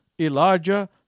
Elijah